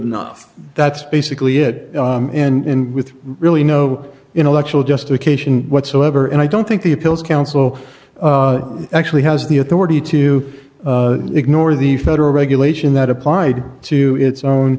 enough that's basically it and with really no intellectual justification whatsoever and i don't think the appeals council actually has the authority to ignore the federal regulation that applied to its own